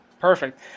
perfect